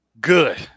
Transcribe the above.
good